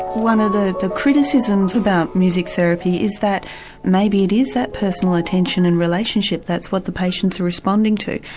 one of the the criticisms about music therapy is that maybe it is that personal attention and relationship that's what the patients are responding to,